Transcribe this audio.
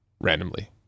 randomly